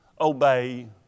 obey